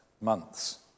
months